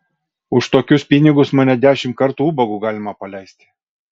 už tokius pinigus mane dešimt kartų ubagu galima paleisti